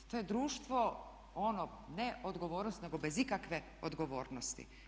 To je društvo ono ne odgovornosti nego bez ikakve odgovornosti.